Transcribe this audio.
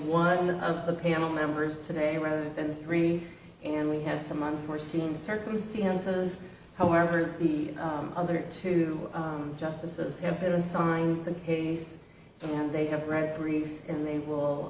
one of the panel members today rather than three and we have some unforeseen circumstances however the other two justices have been assigned the case and they have read briefs in they will